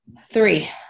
Three